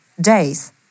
days